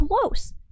close